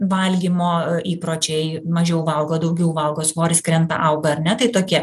valgymo įpročiai mažiau valgo daugiau valgo svoris krenta auga ar ne tai tokie